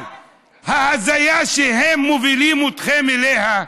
אבל ההזיה שהם מובילים אתכם אליה,